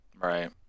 Right